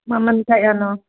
ꯃꯃꯜ ꯀꯌꯥꯅꯣ